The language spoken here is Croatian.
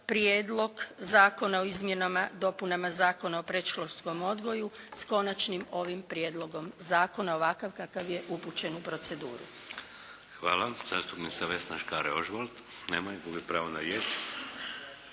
Prijedlog zakona o izmjenama i dopunama Zakona o predškolskom odgoju, s Konačnim ovim prijedlogom zakona, ovakav kakav je upućen u proceduru. **Šeks, Vladimir (HDZ)** Hvala. Zastupnica Vesna Škare Ožbolt. Nema je. Gubi pravo na riječ.